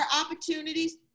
opportunities